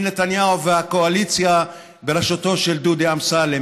נתניהו והקואליציה בראשותו של דודי אסלם.